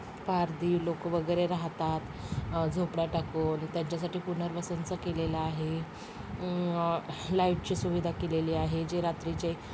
पारधी लोकं वगैरे राहतात झोपड्या टाकून त्यांच्यासाठी पुनर्वसनचं केलेलं आहे लाईटची सुविधा केलेली आहे जे रात्रीचे